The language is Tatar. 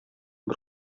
бер